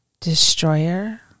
destroyer